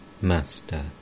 Master